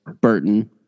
Burton